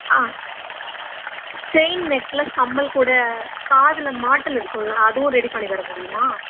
ஆ chain necklace கம்மல் கூட காதில் மாட்டல் இருக்கும்லை அதுவும் ரெடி பண்ணி தர முடியுமா